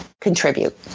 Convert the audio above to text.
contribute